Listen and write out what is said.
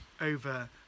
over